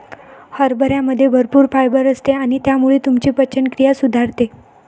हरभऱ्यामध्ये भरपूर फायबर असते आणि त्यामुळे तुमची पचनक्रिया सुधारते